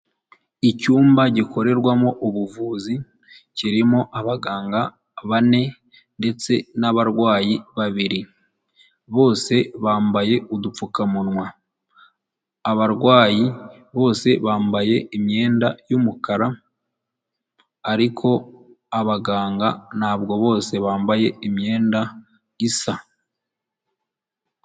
Icyumba gikorerwamo ubuvuzi, kirimo abaganga bane ndetse n'abarwayi babiri, bose bambaye udupfukamunwa, abarwayi bose bambaye imyenda y'umukara ariko abaganga ntabwo bose bambaye imyenda isa.